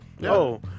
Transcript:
no